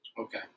Okay